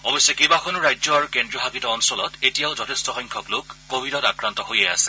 অৱশ্যে কেইবাখনো ৰাজ্য আৰু কেজ্ৰীয় শাসিত অঞ্চলত এতিয়াও যথেষ্ট সংখ্যক লোক কোৱিডত আক্ৰান্ত হৈয়ে আছে